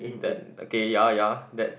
that okay ya ya that's